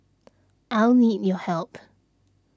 I'll need your help